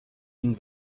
این